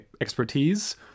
expertise